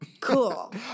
Cool